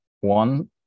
one